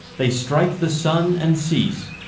they strike the sun and cease,